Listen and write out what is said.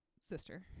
sister